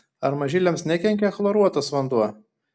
ar mažyliams nekenkia chloruotas vanduo